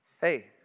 hey